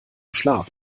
schlaf